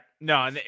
no